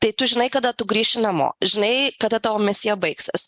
tai tu žinai kada tu grįši namo žinai kada tavo misija baigsis